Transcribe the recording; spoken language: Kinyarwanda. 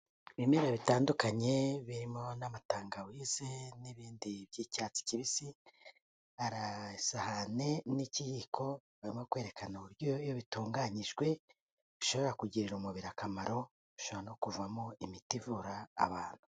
Ibimera bitandukanye birimo n'amatangawize n'ibindi by'icyatsi kibisi, hagaragara isahane n'ikiyiko birimo kwerekana uburyo iyo bitunganyijwe, bishobora kugirira umubiri akamaro bishobora no kuvamo imiti ivura abantu.